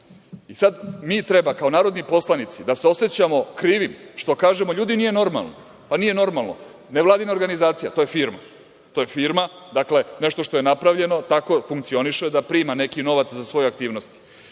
I sada mi treba, kao narodni poslanici da se osećamo krivim što kažemo – ljudi nije normalno, pa nije normalno, nevladina organizacija, to je firma. To je firma, dakle, nešto što je napravljeno, tako funkcioniše da prima neki novac za svoje aktivnosti,